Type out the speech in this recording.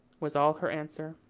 was all her answer.